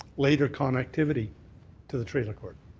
later connectivity to the trailer court.